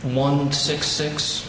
one six six